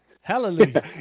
hallelujah